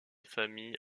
famille